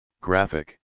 graphic